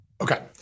Okay